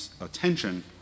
attention